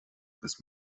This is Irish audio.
agus